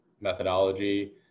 methodology